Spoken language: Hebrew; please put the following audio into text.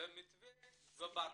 במתווה ובתכנית.